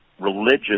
religious